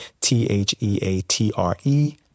T-H-E-A-T-R-E